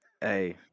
hey